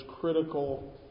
critical